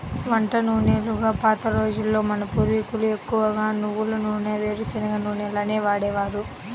వంట నూనెలుగా పాత రోజుల్లో మన పూర్వీకులు ఎక్కువగా నువ్వుల నూనె, వేరుశనగ నూనెలనే వాడేవారు